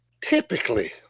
typically